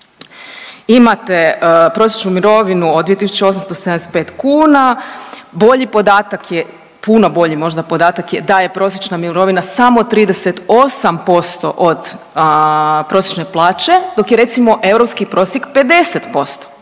imate prosječnu mirovinu od 2.875 kuna, bolji podatak je, puno bolji možda podatak je da je prosječna mirovina samo 38% od prosječne plaće dok je recimo europski prosjek 50%.